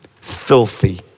Filthy